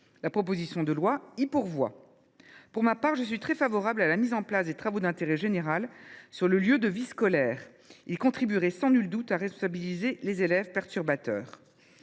La proposition de loi y pourvoit. Pour ma part, je suis très favorable à la mise en place de travaux d’intérêt général sur le lieu de vie scolaire. Ils contribueraient, sans nul doute, à responsabiliser les élèves perturbateurs.